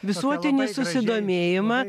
visuotinį susidomėjimą